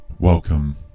welcome